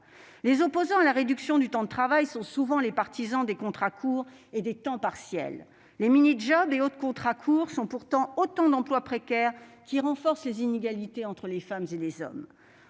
Les opposants à la réduction du temps de travail sont souvent les partisans des contrats courts et des temps partiels. Les mini-jobs et autres contrats courts sont pourtant autant d'emplois précaires qui renforcent les inégalités entre les femmes et les hommes.